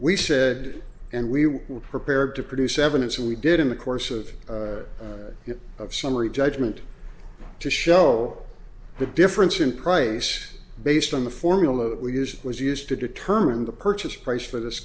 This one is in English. we said and we were prepared to produce evidence we did in the course of it of summary judgment to show the difference in price based on the formula that we used was used to determine the purchase price for this